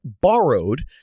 borrowed